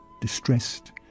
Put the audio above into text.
distressed